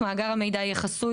(ב)מאגר המידע יהיה חסוי,